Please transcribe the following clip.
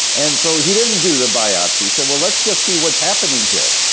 and so, he didn't do the biopsy. he said, well, let's just see what's happening here.